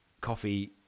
coffee